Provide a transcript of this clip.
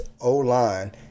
O-line